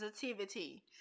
positivity